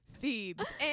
Thebes